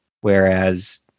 whereas